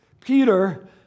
Peter